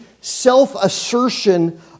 self-assertion